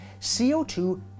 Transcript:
CO2